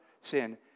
sin